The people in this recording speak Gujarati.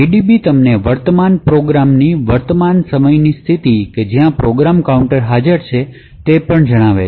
Gdb તમને વર્તમાન પ્રોગ્રામની વર્તમાન સમયની સ્થિતિ જ્યાં પ્રોગ્રામ કાઉન્ટર હાજર છે તે પણ જણાવે છે